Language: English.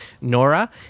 Nora